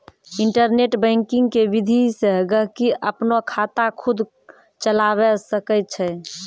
internet banking के विधि से गहकि अपनो खाता खुद चलावै सकै छै